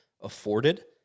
afforded